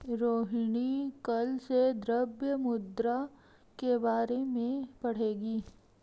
रोहिणी कल से द्रव्य मुद्रा के बारे में पढ़ेगी